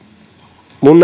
minun